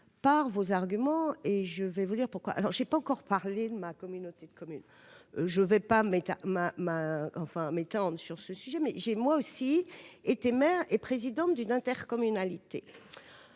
par vos arguments et je vais vous exposer pourquoi. Je n'ai pas encore parlé de ma communauté de communes. Sans m'étendre sur le sujet, je dirai que j'ai moi aussi été maire et présidente d'une intercommunalité.